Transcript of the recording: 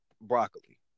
broccoli